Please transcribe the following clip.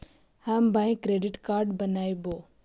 हम bank credit card बनैवो?